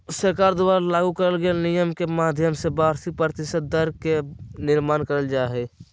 सरकार द्वारा लागू करल नियम के माध्यम से वार्षिक प्रतिशत दर के निर्माण करल जा हय